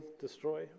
destroy